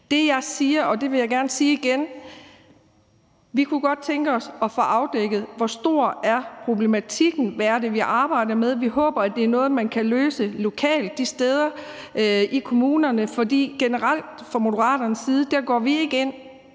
Det, jeg siger – og det vil jeg gerne sige igen – er, at vi godt kunne tænke os at få afdækket, hvor stor problematikken er, og hvad det er, vi arbejder med. Vi håber, det er noget, man kan løse lokalt de steder i kommunerne, for generelt går vi fra Moderaternes side ikke ind